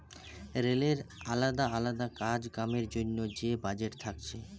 রেলের আলদা আলদা কাজ কামের জন্যে যে বাজেট থাকছে